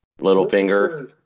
Littlefinger